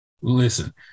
Listen